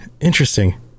interesting